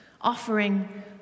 offering